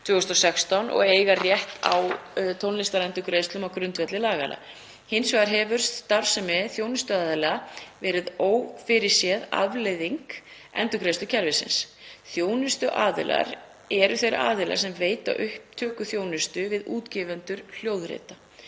og eiga rétt á endurgreiðslum á grundvelli laganna. Hins vegar hefur starfsemi þjónustuaðila verið ófyrirséð afleiðing endurgreiðslukerfisins. Þjónustuaðilar eru þeir aðilar sem veita upptökuþjónustu við útgefendur hljóðrita.